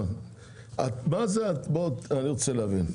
אני רוצה להבין,